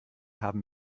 haben